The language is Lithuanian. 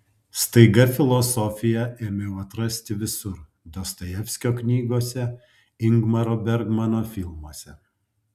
staiga filosofiją ėmiau atrasti visur dostojevskio knygose ingmaro bergmano filmuose